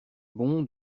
bon